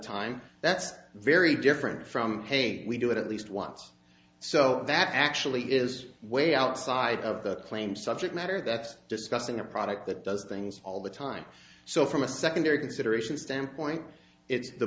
time that's very different from say we do it at least once so that actually is way outside of the claims subject matter that's discussing a product that does things all the time so from a secondary consideration standpoint it's the